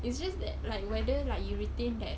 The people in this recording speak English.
it's just that like whether like you retain that